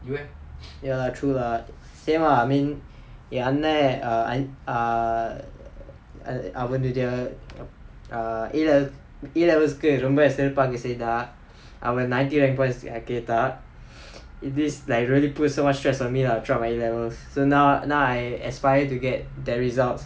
ya true lah same lah I mean என் அண்ண:en anna err err err I அவனுட:avanuda A levels ரொம்ப சிறப்பா அங்க செய்தா அவன்:romba sirappaa anga seithaa avan ninety nine points எனக்கேத்தா:enakkaatha if this like really put so much stress on me I'll drop my A levels so now now I aspire to get that results